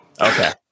Okay